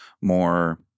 more